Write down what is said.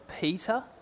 Peter